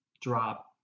drop